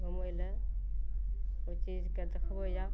घूमय लए ओ चीजके देखबय आब